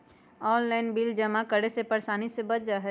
Online bill जमा करे से परेशानी से बच जाहई?